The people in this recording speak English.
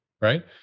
right